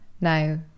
Now